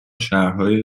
شهرهای